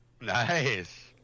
Nice